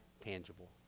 tangible